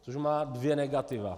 Což má dvě negativa.